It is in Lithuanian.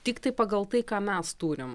tiktai pagal tai ką mes turim